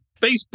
Facebook